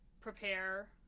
prepare